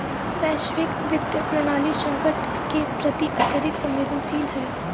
वैश्विक वित्तीय प्रणाली संकट के प्रति अत्यधिक संवेदनशील है